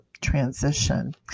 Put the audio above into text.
transition